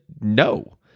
no